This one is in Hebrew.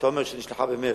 שאתה אומר שנשלחה במרס,